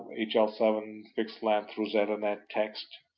h l seven fixed-length, rosettanet text,